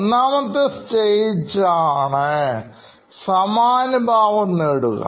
ഒന്നാമത്തെ സ്റ്റേജ് ആണ് സമാനുഭാവം നേടുക